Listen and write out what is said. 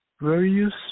various